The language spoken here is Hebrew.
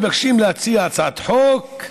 מבקשים להציע הצעת חוק,